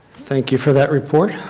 thank you for that report.